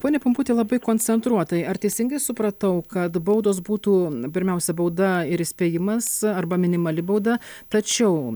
pone pumputi labai koncentruotai ar teisingai supratau kad baudos būtų pirmiausia bauda ir įspėjimas arba minimali bauda tačiau